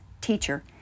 Teacher